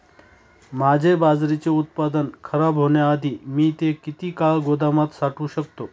माझे बाजरीचे उत्पादन खराब होण्याआधी मी ते किती काळ गोदामात साठवू शकतो?